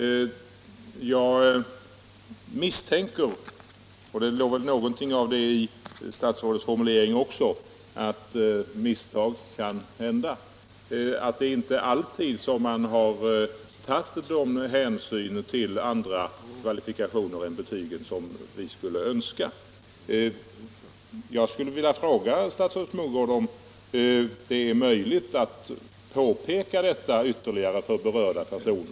Jag misstänker — och det låg väl någonting av det i statsrådets formulering också — att misstag har begåtts, att man inte alltid tagit de hänsyn till andra kvalifikationer än betyg som vi skulle önska. Jag skulle vilja fråga statsrådet Mogård om det är möjligt att påpeka detta ytterligare för berörda personer.